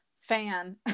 fan